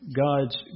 God's